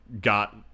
got